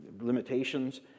limitations